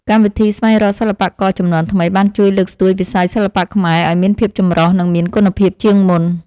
កម្មវិធីស្វែងរកសិល្បករជំនាន់ថ្មីបានជួយលើកស្ទួយវិស័យសិល្បៈខ្មែរឱ្យមានភាពចម្រុះ និងមានគុណភាពជាងមុន។